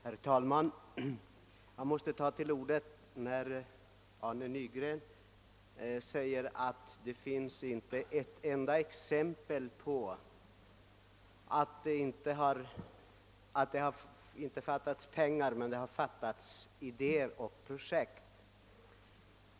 Herr talman! Jag måste ta till orda när herr Nygren säger att det inte finns ett enda exempel på att det har fattats lokaliseringspengar men att det i stället har fattats idéer och projekt.